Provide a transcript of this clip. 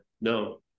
No